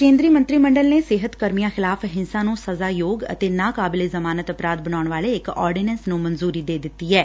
ਕੇਂਦਰੀ ਮੰਤਰੀ ਮੰਡਲ ਨੇ ਸਿਹਤ ਕਰਮੀਆਂ ਖਿਲਾਫ਼ ਹਿੰਸਾ ਨੂੰ ਸਜਾ ਯੋਗ ਅਤੇ ਨਾ ਕਾਬਿਲੇ ਜੁਮਾਨਤ ਅਪਰਾਧ ਬਣਾਉਣ ਵਾਲੇ ਇਕ ਆਰਡੀਨੈਸ ਨੂੰ ਮਨਜੁਰੀ ਦੇ ਦਿੱਡੀ ਐ